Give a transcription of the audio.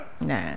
Nah